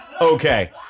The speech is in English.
okay